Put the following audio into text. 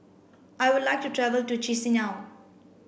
I would like to travel to Chisinau